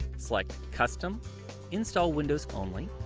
select custom install windows only.